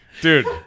Dude